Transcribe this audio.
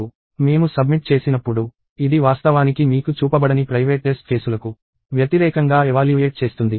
మేము సబ్మిట్ చేసినప్పుడు ఇది వాస్తవానికి మీకు చూపబడని ప్రైవేట్ టెస్ట్ కేసులకు వ్యతిరేకంగా ఎవాల్యూయేట్ చేస్తుంది